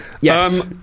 Yes